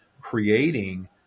creating